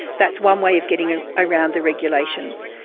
that's one way of getting ah around the regulations.